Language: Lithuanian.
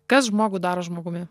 kas žmogų daro žmogumi